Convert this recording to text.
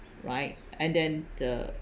right and then the